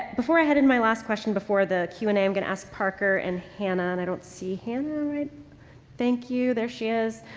before i head into and my last question before the q and a i'm going to ask parker and hannah and i don't see hannah right thank you, there she is.